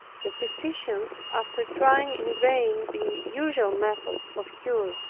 the physicians, after trying in vain the usual method of cure,